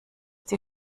die